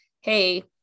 Hey